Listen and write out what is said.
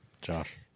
Josh